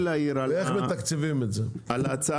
ואיך מתקצבים את זה על זה